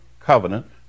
covenant